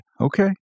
Okay